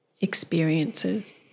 experiences